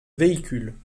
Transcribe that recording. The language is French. véhicules